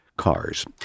cars